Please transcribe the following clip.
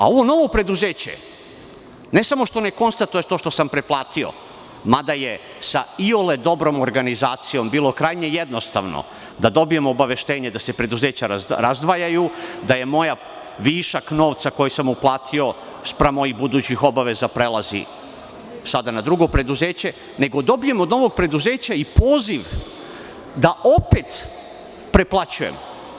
Ovo novo preduzeće, ne samo što ne konstatuje to što sam preplatio, mada je sa iole dobrom organizacijom bilo krajnje jednostavno da dobijemo obaveštenje da se preduzeća razdvajaju, da višak novca koji sam preplatio spram mojih budućih obaveza prelazi sada na drugo preduzeće, nego dobijem od novog preduzeća i poziv da opet preplaćujem.